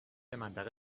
منطقه